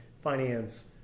finance